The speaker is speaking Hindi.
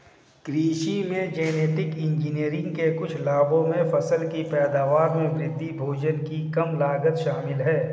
कृषि में जेनेटिक इंजीनियरिंग के कुछ लाभों में फसल की पैदावार में वृद्धि, भोजन की कम लागत शामिल हैं